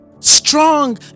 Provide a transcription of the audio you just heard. strong